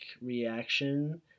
reaction